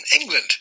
England